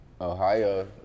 Ohio